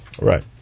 right